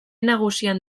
nagusian